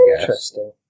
Interesting